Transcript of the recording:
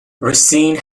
racine